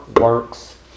works